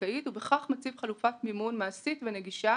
הבנקאית - ובכך מציב חלופת מימון מעשית ונגישה,